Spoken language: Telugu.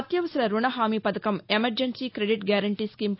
అత్యవసర రుణహామీ పధకం ఎమర్జెన్సీ క్రెడిట్ గ్యారంటీ స్కీమ్